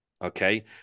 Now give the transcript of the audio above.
Okay